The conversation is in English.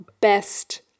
best